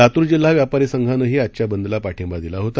लातूर जिल्हा व्यापारी संघानंही आजच्या बंदला पाठिंबा दिला होता